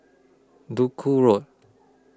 Duku Road